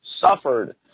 suffered